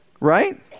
Right